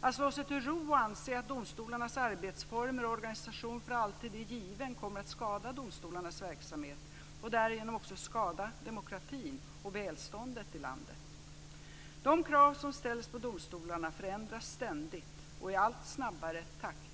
Att slå sig till ro och anse att domstolarnas arbetsformer och organisation för alltid är given kommer att skada domstolarnas verksamhet och därigenom också skada demokratin och välståndet i landet. De krav som ställs på domstolarna förändras ständigt och i allt snabbare takt.